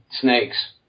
snakes